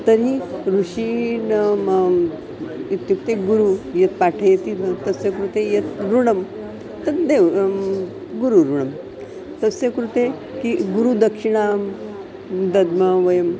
तर्हि ऋषिः नाम इत्युक्ते गुरुः यत् पाठयति तस्य कृते यत् ऋणं तद् देव गुरुऋणं तस्य कृते किं गुरुदक्षिणां दद्मः वयम्